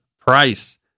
price